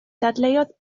dadleuodd